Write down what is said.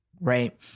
right